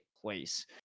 place